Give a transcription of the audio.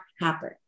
happen